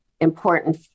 important